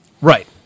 Right